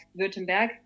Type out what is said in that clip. Württemberg